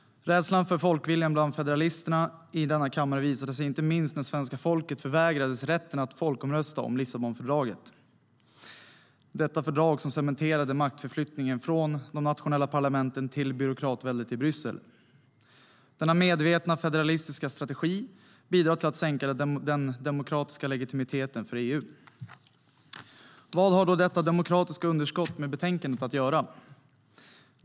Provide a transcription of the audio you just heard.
Rädslan för folkviljan bland federalisterna i denna kammare visade sig inte minst när svenska folket förvägrades rätten att folkomrösta om Lissabonfördraget - detta fördrag som cementerade maktförflyttningen från de nationella parlamenten till byråkratväldet i Bryssel. Denna medvetna federalistiska strategi bidrar till att sänka den demokratiska legitimiteten för EU. Vad har då detta demokratiska underskott med betänkandet att göra?